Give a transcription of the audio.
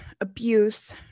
abuse